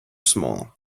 small